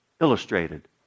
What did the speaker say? illustrated